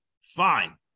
fine